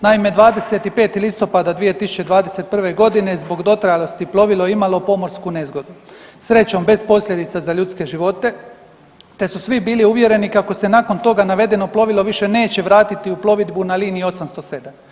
Naime, 25. listopada 2021.g. zbog dotrajalosti plovilo je imalo pomorsku nezgodu, srećom bez posljedica za ljudske živote te su svi bili uvjereni kako se nakon toga navedeno plovilo više neće vratiti u plovidbu na liniji 807.